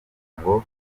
ngo